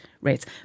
rates